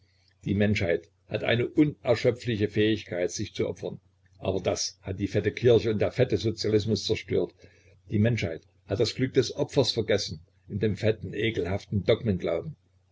die menschheit hat eine unerschöpfliche fähigkeit sich zu opfern aber das hat die fette kirche und der fette sozialismus zerstört die menschheit hat das glück des opfers vergessen in dem fetten ekelhaften dogmenglauben